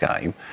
game